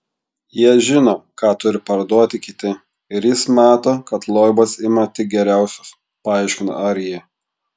jie žino ką turi parduoti kiti ir jis mato kad loibas ima tik geriausius paaiškino arjė